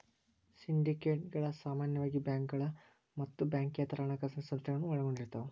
ಸಿಂಡಿಕೇಟ್ಗಳ ಸಾಮಾನ್ಯವಾಗಿ ಬ್ಯಾಂಕುಗಳ ಮತ್ತ ಬ್ಯಾಂಕೇತರ ಹಣಕಾಸ ಸಂಸ್ಥೆಗಳನ್ನ ಒಳಗೊಂಡಿರ್ತವ